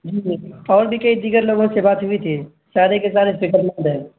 جی جی اور بھی کئی دیگر لوگوں سے بات ہوئی تھی سارے کے سارے فکرمند ہیں